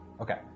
Okay